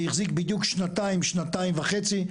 זה החזיק בדיוק שנתיים-שנתיים וחצי,